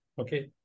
okay